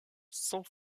sans